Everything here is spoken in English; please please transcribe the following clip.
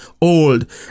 old